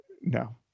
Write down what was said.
No